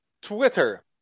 Twitter